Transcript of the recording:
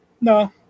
No